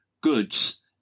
goods